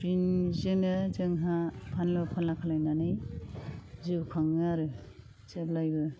बिन जोंनो जोंहा फानलु फानला खालायनानै जिउ खाङो आरो जेब्लायबो